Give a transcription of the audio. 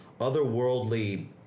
Otherworldly